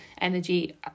energy